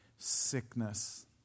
sickness